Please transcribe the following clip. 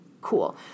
cool